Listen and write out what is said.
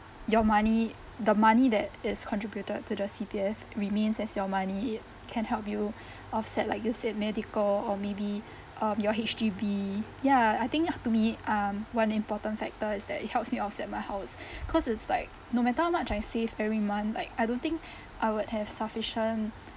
your money the money that is contributed to the C_P_F remains as your money it can help you offset like you said medical or maybe um your H_D_B ya I think up to me um one important factor is that it helps me offset my house cause it's like no matter how much I save every month like I don't think I would have sufficient